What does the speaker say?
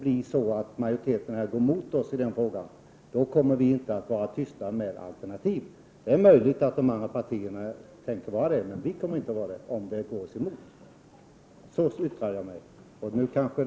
Går majoriteten ändå oss emot i den här frågan, kommer vi inte att vara passiva med alternativ. Det är möjligt att de övriga partierna tänker förhålla sig passiva, men vi har inte den avsikten, om det hela skulle gå oss emot. Det var så jag uttryckte mig tidigare.